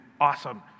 awesome